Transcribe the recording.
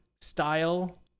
style